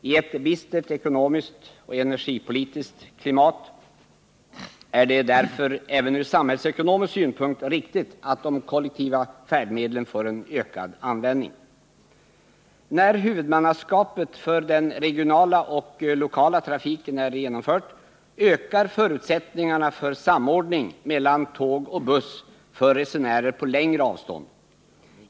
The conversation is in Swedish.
I ett bistert ekonomiskt och energipolitiskt klimat är det därför även ur samhällsekonomisk synpunkt riktigt att de kollektiva färdmedlen får ökad användning. När huvudmannaskapet för den regionala och lokala trafiken är genomfört ökar förutsättningarna för samordning mellan tåg och buss för resenärer på längre avstånd.